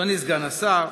אדוני סגן השר,